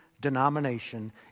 denomination